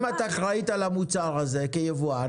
אם את אחראית על המוצר הזה כיבואן,